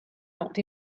not